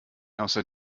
außer